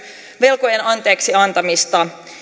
velkojen anteeksiantamista mutta